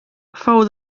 fou